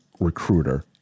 recruiter